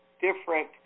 different